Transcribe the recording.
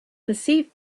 perceived